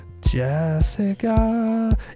Jessica